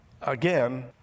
Again